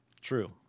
True